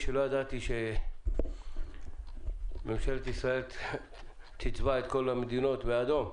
כשלא ידעתי שממשלת ישראל תצבע את כל המדינות באדום,